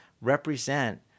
represent